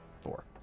Four